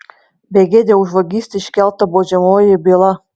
begėdei už vagystę iškelta baudžiamoji byla